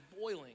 boiling